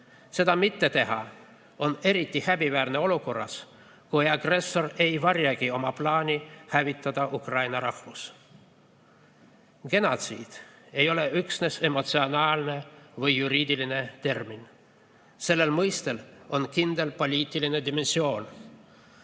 Seda mitte teha on eriti häbiväärne olukorras, kui agressor ei varjagi oma plaani hävitada ukraina rahvus. "Genotsiid" ei ole üksnes emotsionaalne või juriidiline termin. Sellel mõistel on kindel poliitiline dimensioon.